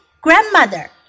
Grandmother